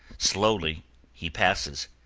slowly he passes,